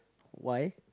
why